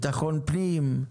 ביטחון פנים,